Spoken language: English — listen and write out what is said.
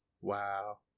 Wow